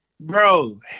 bro